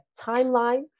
timeline